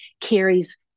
carries